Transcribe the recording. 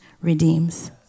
redeems